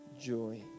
joy